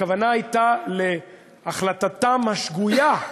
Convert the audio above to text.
הכוונה הייתה להחלטתם השגויה,